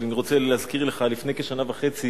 אני רוצה להזכיר לך: לפני כשנה וחצי